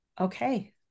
okay